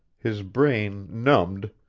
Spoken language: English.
his brain numbed,